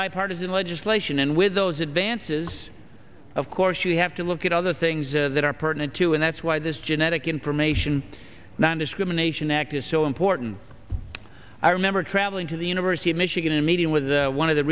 bipartisan legislation and with those advances of course you have to look at other things that are pertinent to and that's why this genetic information nondiscrimination act is so important i remember traveling to the university of michigan and meeting with one of the